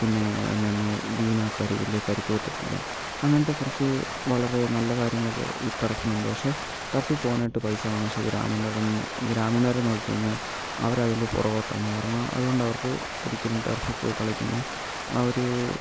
പിന്നെ എന്നായിരുന്നു വീണാൽ പരി വല്യ പരിക്ക് പറ്റത്തില്ല അങ്ങനത്തെ കുറച്ച് വളരെ നല്ല കാര്യങ്ങൾ ഒക്കെ ഈ ടർഫിനുണ്ട് പക്ഷേ ടർഫിൽ പോവാനായിട്ട് പൈസ വേണം പക്ഷെ ഗ്രാമീണർ ഗ്രാമീണരെ നോക്കിക്കഴിഞ്ഞാൽ അവരതിൽ പുറകോട്ടാണ് കാരണം അതുകൊണ്ട് അവർക്ക് ഒരിക്കലും ടർഫിൽ പോയി കളിക്കുന്ന ആ ഒരു